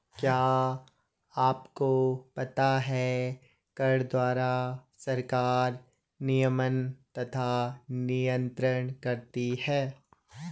क्या आपको पता है कर द्वारा सरकार नियमन तथा नियन्त्रण करती है?